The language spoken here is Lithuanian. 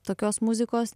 tokios muzikos